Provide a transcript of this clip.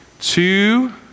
two